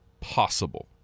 possible